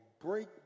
break